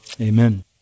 Amen